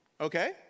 Okay